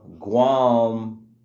Guam